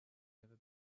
never